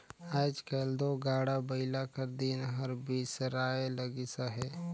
आएज काएल दो गाड़ा बइला कर दिन हर बिसराए लगिस अहे